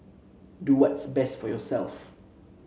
do what's best for yourself